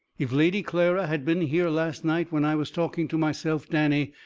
if lady clara had been here last night when i was talking to myself, danny,